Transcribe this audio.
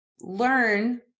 learn